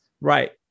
right